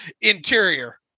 interior